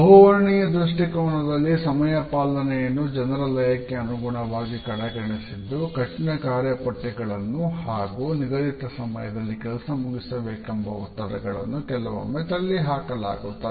ಬಹುವರ್ಣೀಯ ದೃಷ್ಟಿಕೋನದಲ್ಲಿ ಸಮಯ ಪಾಲನೆಯನ್ನು ಜನರ ಲಯಕ್ಕೆ ಅನುಗುಣವಾಗಿ ಕಡೆಗಣಿಸಿದ್ದು ಕಠಿಣ ಕಾರ್ಯಪಟ್ಟಿಗಳನ್ನು ಹಾಗೂ ನಿಗದಿತ ಸಮಯದಲ್ಲಿ ಕೆಲಸ ಮುಗಿಸಬೇಕೆಂಬ ಒತ್ತಡಗಳನ್ನು ಕೆಲವೊಮ್ಮೆ ತಳ್ಳಿ ಹಾಕಲಾಗುತ್ತದೆ